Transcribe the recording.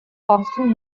austin